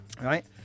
Right